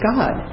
God